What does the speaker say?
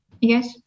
yes